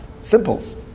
Simples